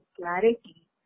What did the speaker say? clarity